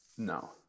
No